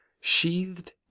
sheathed